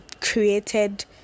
created